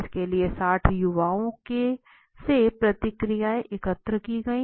इसके लिए 60 युवाओं से प्रतिक्रियाएँ एकत्र की गई